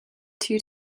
two